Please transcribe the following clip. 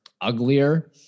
uglier